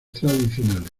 tradicionales